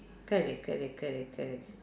correct correct correct correct